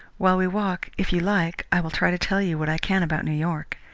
while we walk, if you like, i will try to tell you what i can about new york.